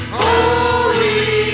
holy